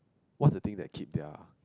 what's the things that keep their